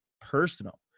personal